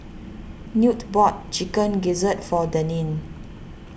Newt bought Chicken Gizzard for Deneen